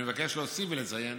אני מבקש להוסיף ולציין